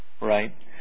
right